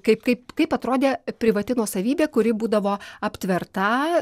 kaip kaip kaip atrodė privati nuosavybė kuri būdavo aptverta